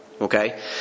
Okay